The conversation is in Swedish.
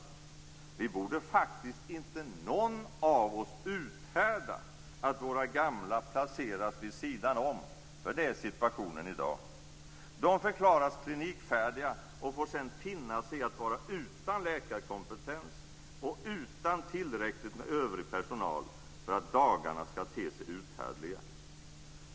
Inte någon av oss borde faktiskt uthärda att våra gamla placeras vid sidan om, för det är situationen i dag. De förklaras klinikfärdiga och får sedan finna sig i att vara utan läkarkompetens och utan tillräckligt med övrig personal för att dagarna skall te sig uthärdliga.